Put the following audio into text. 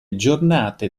giornate